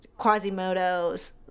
Quasimodo's